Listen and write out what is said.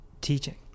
teaching